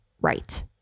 right